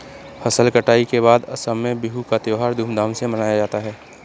फसल कटाई के बाद असम में बिहू का त्योहार धूमधाम से मनाया जाता है